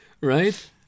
right